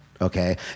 Okay